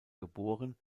geboren